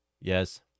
yes